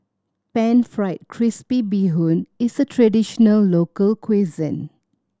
Pan Fried Crispy Bee Hoon is a traditional local cuisine